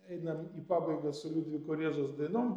einam į pabaigą su liudviko rėzos dainom